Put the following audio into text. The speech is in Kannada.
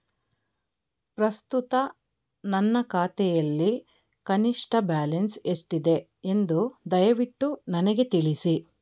ಪ್ರಸ್ತುತ ನನ್ನ ಖಾತೆಯಲ್ಲಿ ಕನಿಷ್ಠ ಬ್ಯಾಲೆನ್ಸ್ ಎಷ್ಟಿದೆ ಎಂದು ದಯವಿಟ್ಟು ನನಗೆ ತಿಳಿಸಿ